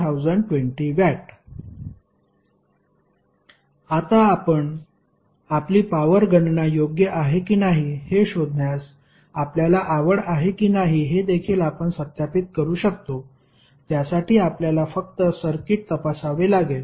9W 1020W आता आपण आपली पॉवर गणना योग्य आहे की नाही हे शोधण्यास आपल्याला आवड आहे की नाही हे देखील आपण सत्यापित करू शकतो त्यासाठी आपल्याला फक्त सर्किट तपासावे लागेल